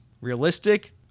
realistic